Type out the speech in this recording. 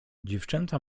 dziewczęta